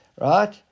right